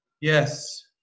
Yes